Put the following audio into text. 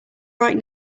right